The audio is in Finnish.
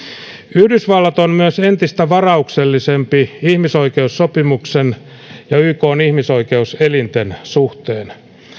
yhdysvallat on myös entistä varauksellisempi ihmisoikeussopimusten ja ykn ihmisoikeuselinten suhteen